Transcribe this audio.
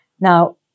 Now